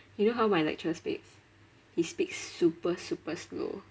you know how my lecturer speaks he speaks super super slow